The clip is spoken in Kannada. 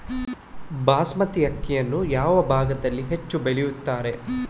ಬಾಸ್ಮತಿ ಅಕ್ಕಿಯನ್ನು ಯಾವ ಭಾಗದಲ್ಲಿ ಹೆಚ್ಚು ಬೆಳೆಯುತ್ತಾರೆ?